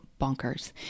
bonkers